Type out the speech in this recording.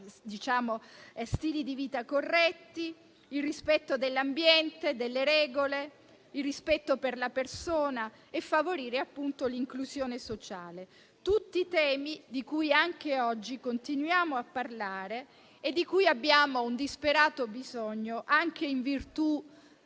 stili di vita corretti, il rispetto dell'ambiente, delle regole e per la persona e favorire l'inclusione sociale. Sono tutti temi questi di cui anche oggi continuiamo a parlare e di cui abbiamo un disperato bisogno, anche in virtù